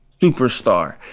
superstar